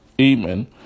Amen